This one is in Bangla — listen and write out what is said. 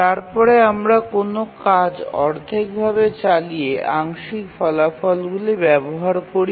তারপরে আমরা অর্ধেকভাবে কোন কাজ চালিয়ে আংশিক ফলাফলগুলি ব্যবহার করি